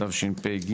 תשפ"ג.